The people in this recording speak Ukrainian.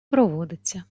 проводиться